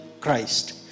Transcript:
Christ